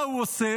מה הוא עושה?